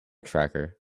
tracker